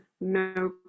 no